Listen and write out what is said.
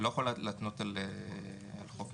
אפשר לקבל את 6 ואת לחלופין ד'